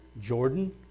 Jordan